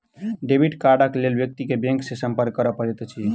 debit कार्डक लेल व्यक्ति के बैंक सॅ संपर्क करय पड़ैत अछि